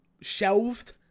shelved